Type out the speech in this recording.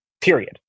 Period